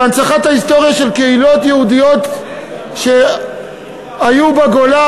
של הנצחת ההיסטוריה של קהילות יהודיות שהיו בגולה,